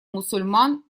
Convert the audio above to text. мусульман